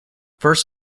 first